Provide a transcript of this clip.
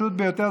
הפשוט ביותר,